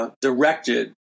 Directed